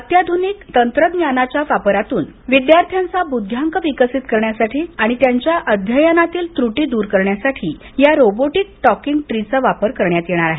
अत्याध्निक तंत्रज्ञानाच्या वापरातून विद्यार्थ्यांचा बुध्यांक विकसित करण्यासाठी आणि त्यांच्या अध्ययनातील त्रुटी दूर करण्यासाठी या रोबोटिक टॉकिंग ट्री चा वापर करण्यात येणार आहे